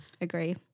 Agree